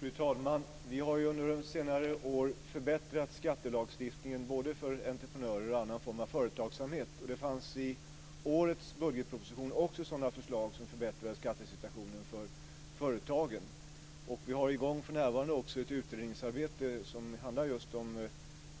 Fru talman! Vi har ju under senare år förbättrat skattelagstiftningen både för entreprenörer och när det gäller annan form av företagsamhet, och det fanns i årets budgetproposition också sådana förslag som förbättrar skattesituationen för företagen. För närvarande har vi också ett utredningsarbete i gång som handlar just om